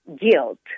guilt